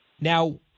Now